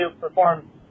perform